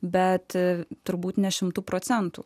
bet turbūt ne šimtu procentų